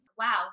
Wow